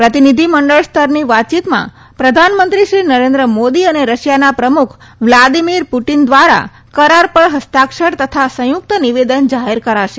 પ્રતિભિધિમંડળ સ્તરની વાતયીતમાં પ્રધાનમંત્રીશ્રી નરેન્દ્ર મોદી અને રશિયાના પ્રમુખ વ્લાદિમીર પુટીન વ્વારા કરાર પર હસ્તાક્ષર તથા સંયુક્ત નિવેદન જાહેર કરાશે